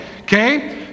Okay